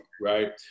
right